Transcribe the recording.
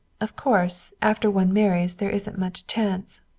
of course, after one marries there isn't much chance.